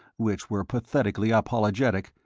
which were pathetically apologetic,